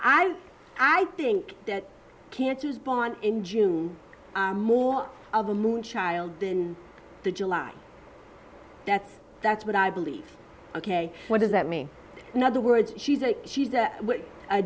i i think that cancer was born in june more of a moon child than the july that's that's what i believe ok what does that mean now the words she's a she's a